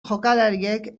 jokalariek